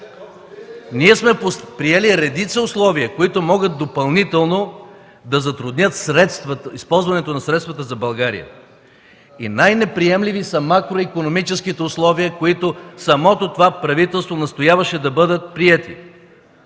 ние сме приели редица условия, които могат допълнително да затруднят използването на средствата за България. Най-неприемливи са макроикономическите условия, които това правителство настояваше да бъдат приети,